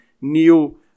new